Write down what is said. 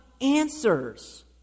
answers